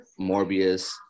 Morbius